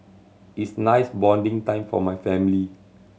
is nice bonding time for my family